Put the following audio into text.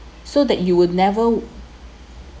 so that you would never